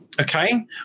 okay